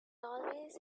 always